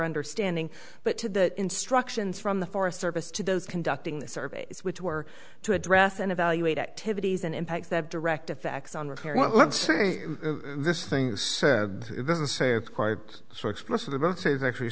understanding but to the instructions from the forest service to those conducting the surveys which were to address and evaluate activities and impact that direct effects on recurrence this things said it doesn't say it quite so explicit about states actually